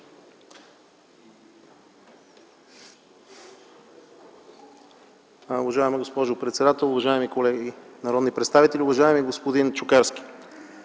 Уважаема госпожо председател, уважаеми колеги народни представители, уважаеми господин Чукарски!